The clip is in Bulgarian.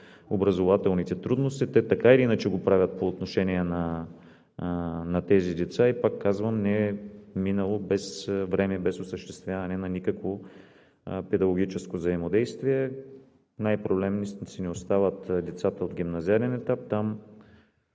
образователните трудности. Те така или иначе го правят по отношение на тези деца и, пак казвам, не е минало без време и без осъществяване на никакво педагогическо взаимодействие. Най-проблемни остават децата от гимназиален етап